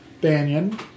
Banyan